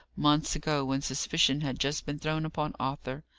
months ago, when suspicion had just been thrown upon arthur.